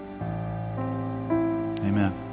Amen